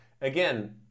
again